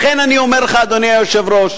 לכן, אני אומר לך, אדוני היושב-ראש,